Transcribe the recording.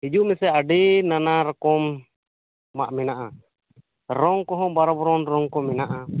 ᱦᱤᱡᱩᱜ ᱢᱮᱥᱮ ᱟᱹᱰᱤ ᱱᱟᱱᱟ ᱨᱚᱠᱚᱢ ᱢᱟᱜ ᱢᱮᱱᱟᱜᱼᱟ ᱨᱚᱝ ᱠᱚᱦᱚᱸ ᱵᱟᱨᱚ ᱵᱚᱨᱚᱱ ᱨᱚᱝ ᱠᱚ ᱢᱮᱱᱟᱜᱼᱟ